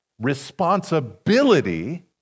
responsibility